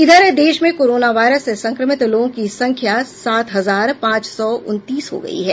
इधर देश में कोरोना वायरस से संक्रमित लोगों की संख्या सात हजार पांच सौ उनतीस हो गई है